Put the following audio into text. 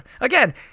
again